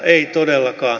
ei todellakaan